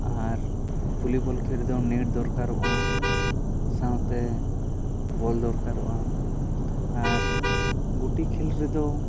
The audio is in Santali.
ᱟᱨ ᱵᱚᱞᱤᱵᱚᱞ ᱠᱷᱮᱞ ᱨᱮᱫᱚ ᱱᱮᱴ ᱫᱚᱨᱠᱟᱨᱚᱜᱼᱟ ᱥᱟᱶᱛᱮ ᱵᱚᱞ ᱫᱚᱨᱠᱟᱨᱚᱜᱼᱟ ᱟᱨ ᱜᱩᱴᱤ ᱠᱷᱮᱞ ᱨᱮᱫᱚ